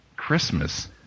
Christmas